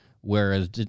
whereas